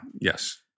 Yes